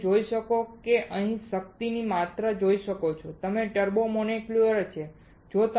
તમે અહીં જે શક્તિની માત્રા જોઈ રહ્યા છો તે ટર્બો મોલેક્યુલર છે